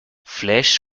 flesh